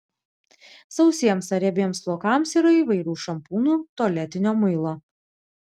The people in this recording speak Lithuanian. sausiems ar riebiems plaukams yra įvairių šampūnų tualetinio muilo